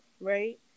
right